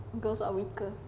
girls are weaker